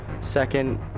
second